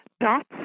dots